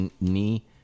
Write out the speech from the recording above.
knee